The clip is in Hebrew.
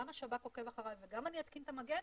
גם השב"כ עוקב אחריי וגם אני אתקין את המגן?